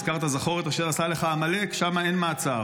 הזכרת את "זכור את אשר עשה לך עמלק" שם אין מעצר,